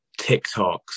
TikToks